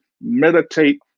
Meditate